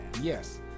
Yes